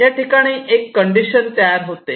या ठिकाणी एक कंडिशन तयार होते